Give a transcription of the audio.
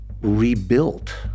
rebuilt